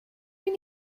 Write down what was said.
mynd